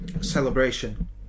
celebration